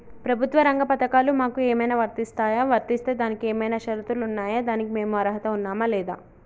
ప్రభుత్వ రంగ పథకాలు మాకు ఏమైనా వర్తిస్తాయా? వర్తిస్తే దానికి ఏమైనా షరతులు ఉన్నాయా? దానికి మేము అర్హత ఉన్నామా లేదా?